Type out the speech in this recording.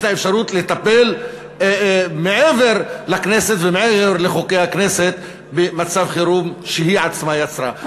לטפל מעבר לכנסת ומעבר לחוקי הכנסת במצב חירום שהיא עצמה יצרה.